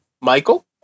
Michael